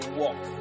walk